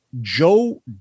Joe